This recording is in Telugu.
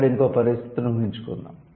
ఇక్కడ ఇంకో పరిస్థితిని ఊహించుకుందాం